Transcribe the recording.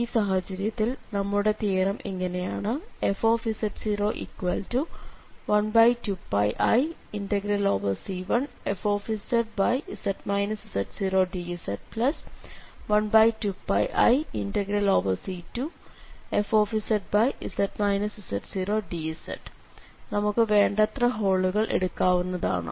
ഈ സാഹചര്യത്തിൽ നമ്മുടെ തിയറം ഇങ്ങനെയാണ് fz012πiC1fz z0dz12πiC2fz z0dz| നമുക്ക് വേണ്ടത്ര ഹോളുകൾ എടുക്കാവുന്നതാണ്